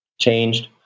changed